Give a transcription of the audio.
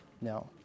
No